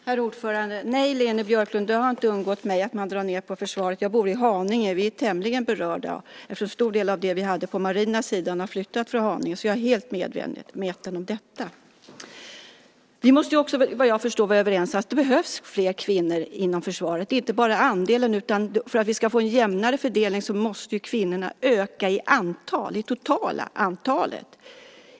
Herr talman! Nej, Leni Björklund, det har inte undgått mig att man drar ned på försvaret. Jag bor i Haninge. Vi är tämligen berörda. En stor del av det vi hade på den marina sidan har flyttat från Haninge, så jag är helt medveten om detta. Vi måste också, vad jag förstår, vara överens om att det behövs fler kvinnor inom försvaret, inte bara en större andel. För att vi ska få en jämnare fördelning måste kvinnorna öka i antal, det totala antalet.